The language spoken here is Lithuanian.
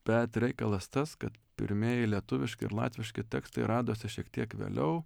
bet reikalas tas kad pirmieji lietuviški ir latviški tekstai radosi šiek tiek vėliau